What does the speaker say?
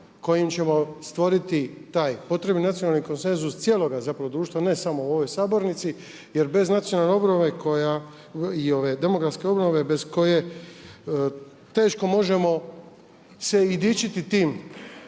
kojim ćemo stvoriti taj potrebni nacionalni konsenzus cijeloga zapravo društva, ne samo u ovoj sabornici, jer bez demografske obnove teško možemo se i dičiti tim